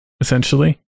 essentially